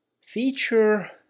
feature